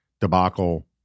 debacle